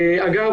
אגב,